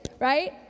right